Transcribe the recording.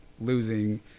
losing